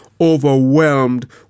overwhelmed